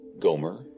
Gomer